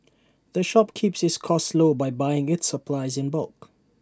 the shop keeps its costs low by buying its supplies in bulk